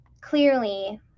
clearly